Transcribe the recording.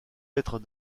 être